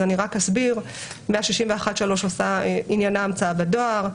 161(3) עניינה המצאה בדואר.